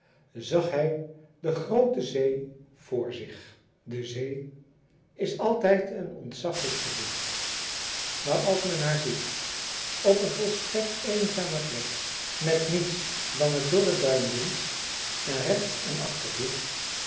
zag hij de groote zee voor zich de zee is altijd een ontzaglijk gezicht maar als men haar ziet op een volstrekt eenzame plek met niets dan het dorre duin links en rechts en achter zich